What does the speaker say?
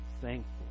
thankful